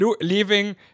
leaving